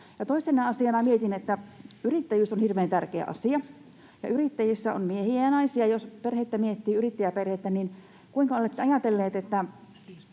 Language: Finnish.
toisena asiana mietin: Yrittäjyys on hirveän tärkeä asia, ja yrittäjissä on miehiä ja naisia. Jos yrittäjäperhettä miettii, niin kuinka olette ajatelleet nämä